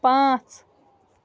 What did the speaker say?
پانٛژھ